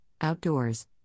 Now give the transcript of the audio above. outdoors